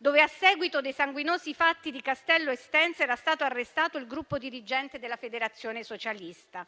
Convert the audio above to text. dove, a seguito dei sanguinosi fatti di Castello Estense, era stato arrestato il gruppo dirigente della federazione socialista.